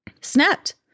snapped